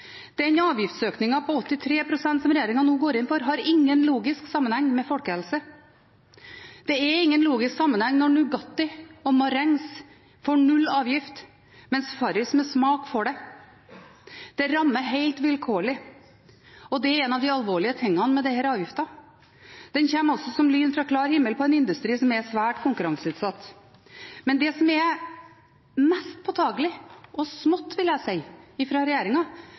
Den avgiftsøkningen på 83 pst. som regjeringen nå går inn for, har ingen logisk sammenheng med folkehelse. Det er ingen logisk sammenheng når Nugatti og marengs får null avgift, mens Farris med smak får det. Det rammer helt vilkårlig, og det er en av de alvorlige tingene med denne avgiften. Den kommer altså som lyn fra klar himmel på en industri som er svært konkurranseutsatt. Men det som er mest påtagelig og smått – vil jeg si